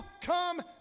come